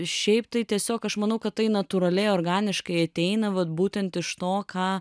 šiaip tai tiesiog aš manau kad tai natūraliai organiškai ateina vat būtent iš to ką